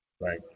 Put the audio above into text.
Right